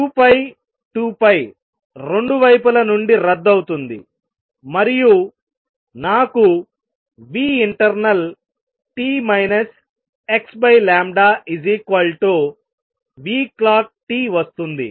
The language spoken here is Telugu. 2π 2π 2 వైపుల నుండి రద్దు అవుతుంది మరియు నాకు internalt xclockt వస్తుంది